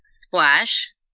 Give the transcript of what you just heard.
Splash